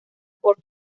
por